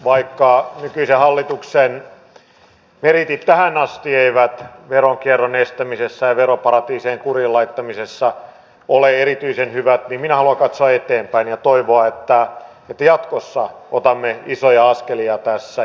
vaikka nykyisen hallituksen meriitit tähän asti eivät veronkierron estämisessä ja veroparatiisien kuriin laittamisessa ole erityisen hyvät niin minä haluan katsoa eteenpäin ja toivoa että jatkossa otamme isoja askelia tässä